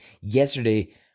yesterday